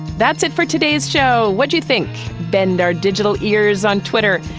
that's it for today's show. what do you think? bend our digital ears on twitter.